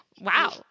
Wow